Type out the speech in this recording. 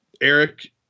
Eric